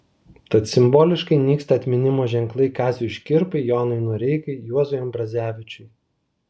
tad simboliškai nyksta atminimo ženklai kaziui škirpai jonui noreikai juozui ambrazevičiui